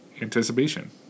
anticipation